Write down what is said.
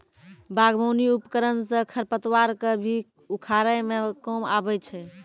बागबानी उपकरन सँ खरपतवार क भी उखारै म काम आबै छै